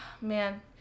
Man